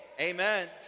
amen